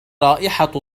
رائحة